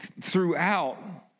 throughout